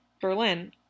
Berlin